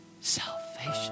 salvation